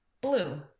Blue